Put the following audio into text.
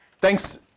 Thanks